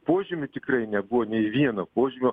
požymių tikrai nebuvo nei vieno požymio